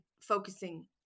focusing